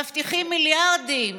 מבטיחים מיליארדים